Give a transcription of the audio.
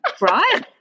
right